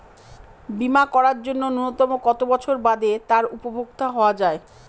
বীমা করার জন্য ন্যুনতম কত বছর বাদে তার উপভোক্তা হওয়া য়ায়?